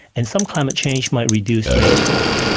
and some climate change might reduce rainfall.